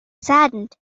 saddened